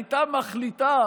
הייתה מחליטה